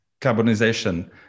carbonization